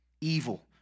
evil